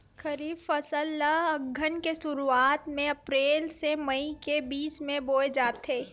खरीफ फसल ला अघ्घन के शुरुआत में, अप्रेल से मई के बिच में बोए जाथे